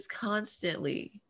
constantly